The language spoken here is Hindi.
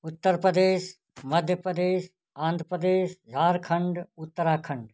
उत्तर प्रदेश मध्य प्रदेश आंध्र प्रदेश झारखंड उत्तराखंड